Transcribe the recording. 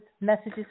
messages